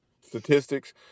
statistics